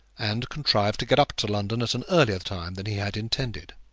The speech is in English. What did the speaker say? and contrive to get up to london at an earlier time than he had intended.